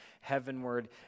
heavenward